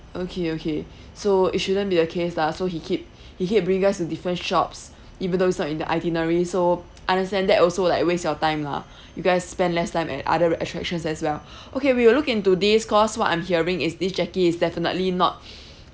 okay okay so it shouldn't be the case lah so he keep he keep bringing us to different shops even though it's not in the itinerary so understand that also like waste your time lah you guys spend less time at other attractions as well okay we will look into this cause what I'm hearing is this jackie is definitely not